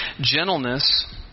Gentleness